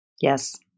Yes